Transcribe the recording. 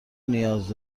نیاز